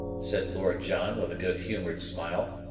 said lord john with a good-humoured smile.